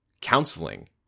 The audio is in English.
Counseling